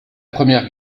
première